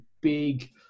big